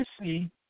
see